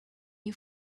you